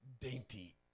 dainty